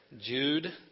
Jude